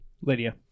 Lydia